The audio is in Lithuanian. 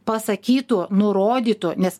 pasakytų nurodytų nes